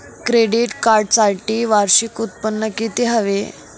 Credit कार्डसाठी वार्षिक उत्त्पन्न किती हवे?